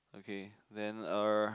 okay then er